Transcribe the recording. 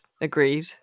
agreed